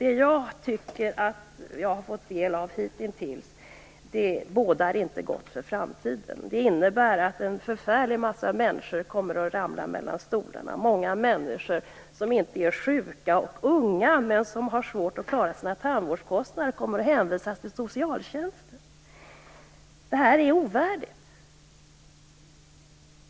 Det jag hittills fått del av bådar inte gott för framtiden. Det innebär att en förfärlig massa människor kommer att ramla mellan stolarna. Många människor som inte är sjuka eller unga men som har svårt att klara sina tandvårdskostnader kommer att hänvisas till socialtjänsten. Detta är ovärdigt.